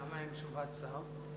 למה אין תשובת שר?